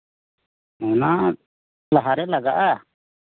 ᱚᱱᱟ ᱞᱟᱦᱟᱨᱮ ᱞᱟᱜᱟᱜᱼᱟ